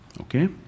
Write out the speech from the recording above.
okay